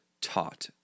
taught